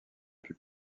puis